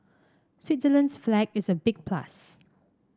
Switzerland's flag is a big plus